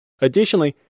Additionally